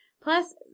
Plus